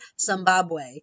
Zimbabwe